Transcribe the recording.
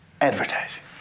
advertising